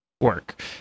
work